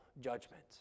judgment